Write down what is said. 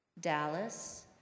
Dallas